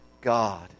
God